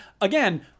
again